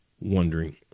wondering